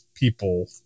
people